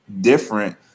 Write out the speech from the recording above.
different